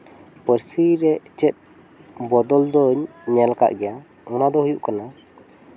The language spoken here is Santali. ᱯᱟᱹᱨᱥᱤ ᱨᱮ ᱪᱮᱫ ᱵᱚᱫᱚᱞ ᱫᱚᱧ ᱧᱮᱞ ᱟᱠᱟᱫ ᱜᱮᱭᱟ ᱚᱱᱟ ᱫᱚ ᱦᱩᱭᱩᱜ ᱠᱟᱱᱟ